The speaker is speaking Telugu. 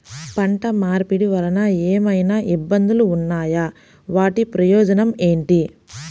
పంట మార్పిడి వలన ఏమయినా ఇబ్బందులు ఉన్నాయా వాటి ప్రయోజనం ఏంటి?